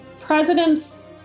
presidents